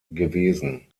gewesen